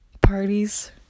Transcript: parties